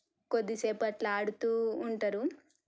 కొద్దిసేపు అలా ఆడుతూ ఉంటారు